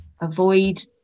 avoid